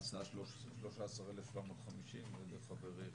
נשמעה הצעה 13,750 על ידי חברי,